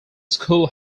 school